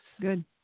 Good